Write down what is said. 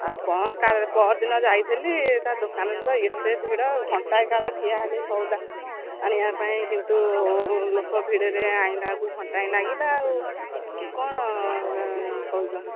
ଆଉ କ'ଣ ପଅରଦିନ ଯାଇଥିଲି ତା ଦୋକାନରେ ତ ଏତେ ଭିଡ଼ ଘଣ୍ଟାଏ କାଳ ଠିଆ ହେଲି ସଉଦା ଆଣିବା ପାଇଁ କିନ୍ତୁ ଲୋକ ଭିଡ଼ରେ ଆଣିଲା ବେଳକୁ ଘଣ୍ଟାଏ ଲାଗିଲା ଆଉ କ'ଣ କହୁଛ